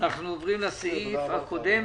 הישיבה נעולה.